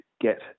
get